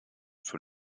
für